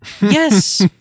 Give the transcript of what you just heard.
yes